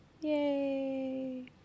Yay